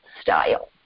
style